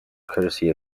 courtesy